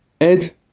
Ed